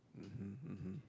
mmhmm mmhmm